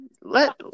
Let